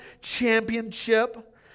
championship